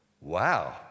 Wow